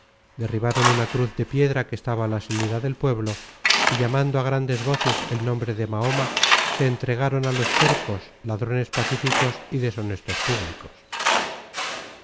derribaron una cruz de piedra que estaba á la salida del pueblo y llamando á grandes voces el nombre de mahoma se entregaron a los turcos ladrones pacíficos y deshonestos públicos